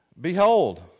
Behold